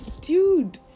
dude